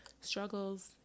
struggles